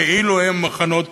כאילו הם מחנות